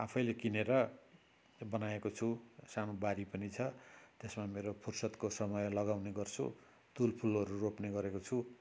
आफैले किनेर बनाएको छु सानो बारी पनि छ त्यसमा मेरो फुर्सदको समय लगाउने गर्छु तुलफुलहरू रोप्ने गरेको छु